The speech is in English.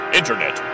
Internet